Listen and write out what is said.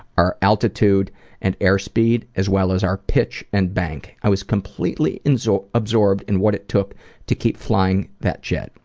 our altitude and air speed, as well as our pitch and bank. i was completely so absorbed in what it took to keep flying that jet.